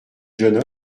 jeune